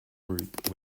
group